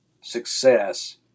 success